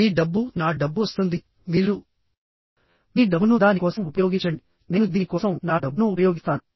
మీ డబ్బు నా డబ్బు వస్తుంది మీరు మీ డబ్బును దాని కోసం ఉపయోగించండి నేను దీని కోసం నా డబ్బును ఉపయోగిస్తాను